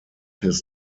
his